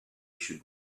should